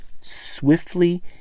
Swiftly